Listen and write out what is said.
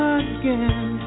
again